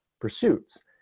pursuits